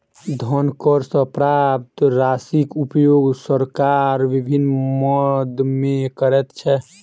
धन कर सॅ प्राप्त राशिक उपयोग सरकार विभिन्न मद मे करैत छै